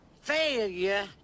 failure